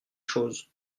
choses